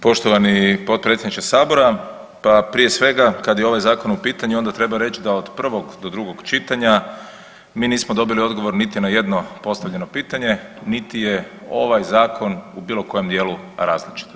Poštovani potpredsjedniče Sabora, pa prije svega kada je ovaj zakon u pitanju onda treba reći da od prvog do drugog čitanja mi nismo dobili odgovor na niti jedno postavljeno pitanje, niti je ovaj zakon u bilo kojem dijelu različit.